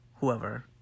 whoever